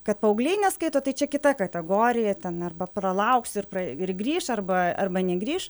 kad paaugliai neskaito tai čia kita kategorija ten arba pralauksi ir prai ir grįš arba arba negrįš